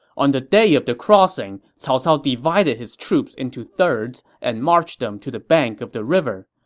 on the day of the crossing, cao cao divided his troops into thirds and marched them to the bank of the river.